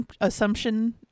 assumption